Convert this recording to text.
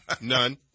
None